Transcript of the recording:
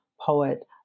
poet